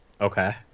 Okay